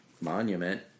monument